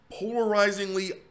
polarizingly